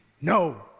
No